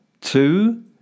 two